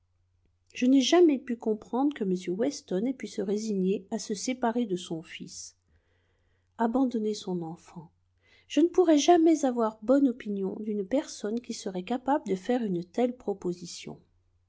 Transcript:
je n'ai jamais pu comprendre que m weston ait pu se résigner à se séparer de son fils abandonner son enfant je ne pourrais jamais avoir bonne opinion d'une personne qui serait capable de faire une telle proposition